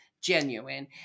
genuine